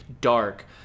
dark